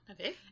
okay